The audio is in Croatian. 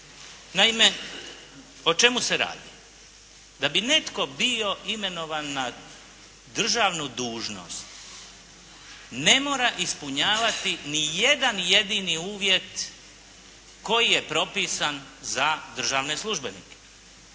Naime, o čemu se radi. Da bi netko bio imenovan na državnu dužnost ne mora ispunjavati ni jedan jedini uvjet koji je propisan za državne službenike.